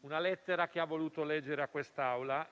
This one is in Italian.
una lettera che ha voluto leggere a quest'Assemblea;